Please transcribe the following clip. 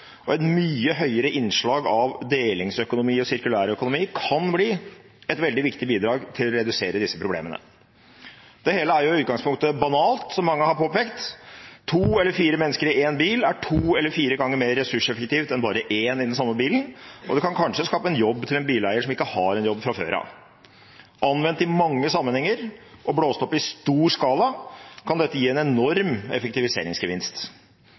og et mye større innslag av delingsøkonomi og sirkulærøkonomi kan bli et veldig viktig bidrag til å redusere disse problemene. Det hele er jo i utgangspunktet banalt, som mange har påpekt – to eller fire mennesker i én bil er to eller fire ganger mer ressurseffektivt enn bare én i den samme bilen, og det kan kanskje skape en jobb til en bileier som ikke har en jobb fra før av. Anvendt i mange sammenhenger og blåst opp i stor skala kan dette gi en enorm effektiviseringsgevinst.